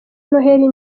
noheli